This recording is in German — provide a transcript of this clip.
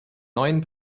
neuen